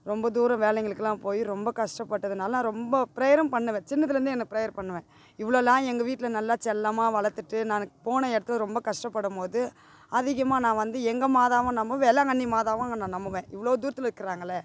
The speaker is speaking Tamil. ரொம்ப தூரம் வேலைங்களுக்குலாம் போய் ரொம்ப கஷ்டப்பட்டதனால நான் ரொம்போ ப்ரேயரும் பண்ணுவேன் சின்னதுலேர்ந்து நான் ப்ரேயர் பண்ணுவேன் இவ்வளோலாம் எங்கள் வீட்டில் நல்லா செல்லமா வளர்த்துட்டு நான் போன இடத்துல ரொம்ப கஷ்டப்படம் போது அதிகமாக நான் வந்து எங்க மாதாவும் நம்புவேன் வேளாங்கண்ணி மாதாவும் நான் நம்புவேன் இவ்வளோ துரத்தில் இருக்குறாங்கள்ல